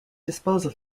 disposal